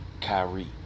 Kyrie